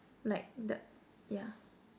like the yeah